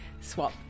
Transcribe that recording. swap